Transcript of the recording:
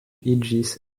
iĝis